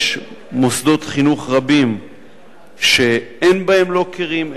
יש מוסדות חינוך רבים שאין בהם לוקרים,